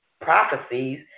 prophecies